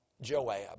Joab